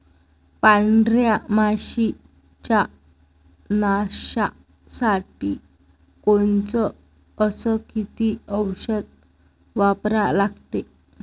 पांढऱ्या माशी च्या नाशा साठी कोनचं अस किती औषध वापरा लागते?